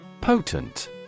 Potent